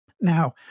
Now